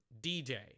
DJ